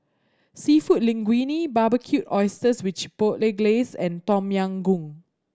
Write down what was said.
Seafood Linguine Barbecued Oysters with Chipotle Glaze and Tom Yam Goong